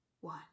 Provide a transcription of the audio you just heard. one